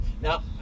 Now